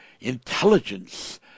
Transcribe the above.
intelligence